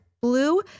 Blue